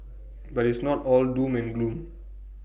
but it's not all doom and gloom